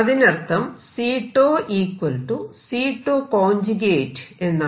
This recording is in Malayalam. അതിനർത്ഥം C𝞃 C𝞃 എന്നാണ്